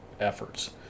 Efforts